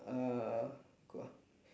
uh